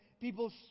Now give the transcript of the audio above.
people